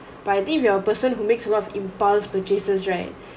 by I think if you're a person who makes rough impulse purchases right